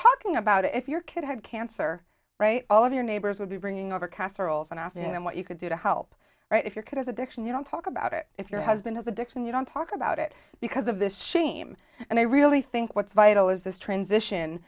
talking about if your kid had cancer all of your neighbors would be bringing over casseroles and off and what you could do to help right if your kid is addiction you don't talk about it if your husband is addiction you don't talk about it because of this shame and i really think what's vital is this transition